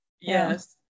Yes